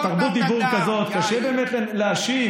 תראה, תרבות דיבור כזאת, קשה באמת להשיב.